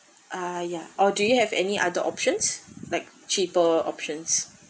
uh ya or do you have any other options like cheaper options